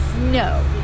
No